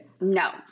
No